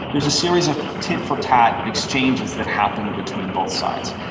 there was a series of tit-for-tat exchanges that happened between both sides.